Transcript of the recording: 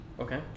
Okay